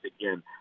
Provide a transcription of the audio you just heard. again